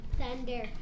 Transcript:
thunder